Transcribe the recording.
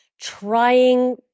trying